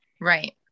Right